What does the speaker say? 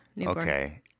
Okay